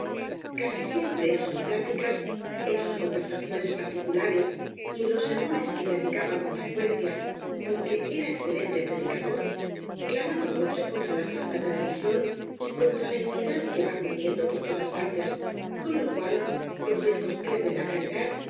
casi siempre en sus pláticas en sus conversaciones particulares y en los sermones que predicaba con frecuencia por que era excelente predicador clamaba mucho con tra la falta de religión y contra la impiedad que va cundiendo por todas partes con lo cual los ricos pierden la caridad